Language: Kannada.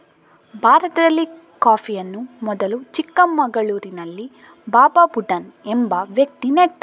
ಭಾರತದಲ್ಲಿ ಕಾಫಿಯನ್ನು ಮೊದಲು ಚಿಕ್ಕಮಗಳೂರಿನಲ್ಲಿ ಬಾಬಾ ಬುಡನ್ ಎಂಬ ವ್ಯಕ್ತಿ ನೆಟ್ಟನು